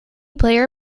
player